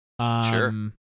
Sure